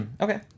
Okay